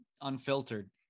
unfiltered